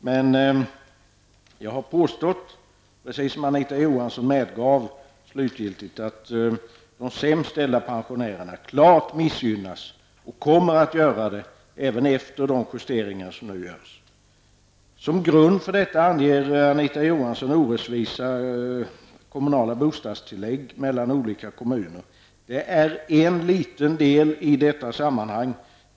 Men jag har påstått -- precis som Anita Johansson slutligen medgav -- att de sämst ställda pensionärerna klart missgynnas och kommer att missgynnas även efter de justeringar som nu görs. Så som grund för detta anger Anita Johansson orättvisa skillnader i kommunala bostadstillägg mellan olika kommuner. Det är en liten del i detta sammanhang.